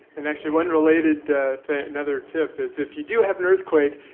and actually, one related another tip is, if you do have an earthquake,